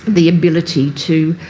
the ability to